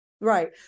Right